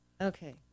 Okay